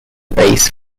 base